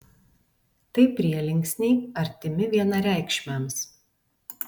tai prielinksniai artimi vienareikšmiams